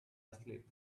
asleep